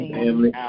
family